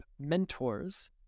mentors